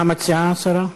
מה מציעה השרה?